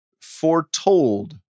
foretold